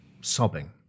sobbing